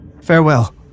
Farewell